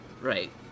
Right